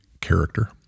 character